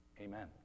Amen